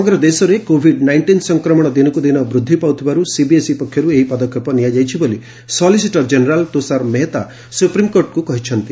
ସମଗ୍ର ଦେଶରେ COVID nineteen ସଂକ୍ରମଣ ଦିନକୁ ଦିନ ବୃଦ୍ଧି ପାଉଥିବାରୁ ସିବିଏସ୍ଇ ପକ୍ଷରୁ ଏହି ପଦକ୍ଷେପ ନିଆଯାଇଛି ବୋଲି ସଲିସିଟର ଜେନେରାଲ୍ ତୁଷାର ମେହତା ସୁପ୍ରିମକୋର୍ଟଙ୍କୁ କହିଛନ୍ତି